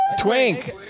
Twink